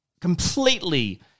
completely